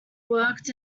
worked